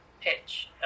pitch